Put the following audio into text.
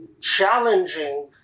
challenging